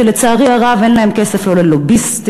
שלצערי הרב אין להן כסף לא ללוביסטים,